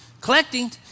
collecting